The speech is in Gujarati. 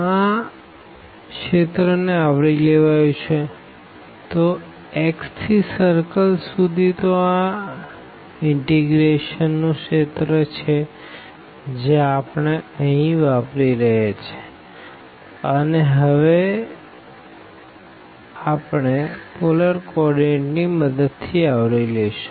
આ રીજિયન ને આવરી લેવાયુ છેતો x થી સર્કલ સુધીતો આ ઇનટીગ્રેશન નું રીજિયન છે જે આપણે અહી વાપરી રહ્યા છે અને આ હવે આપણે પોલર કો ઓર્ડીનેટ ની મદદ થી આવરી લેશું